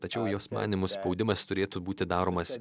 tačiau jos manymu spaudimas turėtų būti daromas